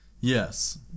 yes